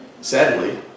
Sadly